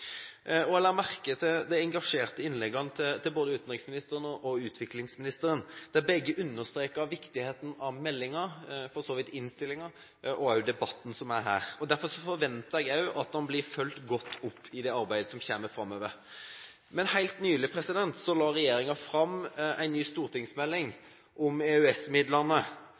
de engasjerte innleggene til både utenriksministeren og utviklingsministeren, der begge understreker viktigheten av meldingen – og for så vidt også innstillingen – og også debatten vi har her. Derfor forventer jeg òg at det blir fulgt godt opp i det videre arbeidet framover. Helt nylig la regjeringen fram en ny stortingsmelding om